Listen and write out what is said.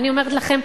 אני אומרת לכם,